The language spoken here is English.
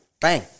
Bang